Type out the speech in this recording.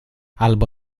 albo